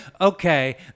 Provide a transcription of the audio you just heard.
okay